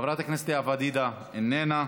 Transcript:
חברת הכנסת לאה פדידה, איננה,